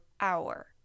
hour